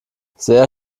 sehr